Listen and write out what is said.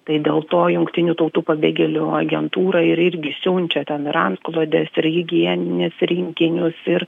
tai dėl to jungtinių tautų pabėgėlių agentūra ir irgi siunčia ten ir antklodes ir higienines rinkinius ir